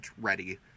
ready